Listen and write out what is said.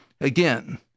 again